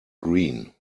green